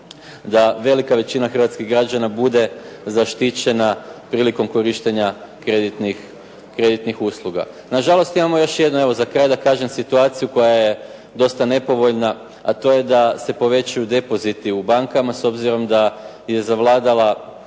da velika većina hrvatskih građana bude zaštićene prilikom korištenja kreditnih usluga. Na žalost imamo još jedno evo za kraj, da kažem situaciju koja je dosta nepovoljna, a to je da se povećavaju depoziti u bankama, s obzirom da je zavladala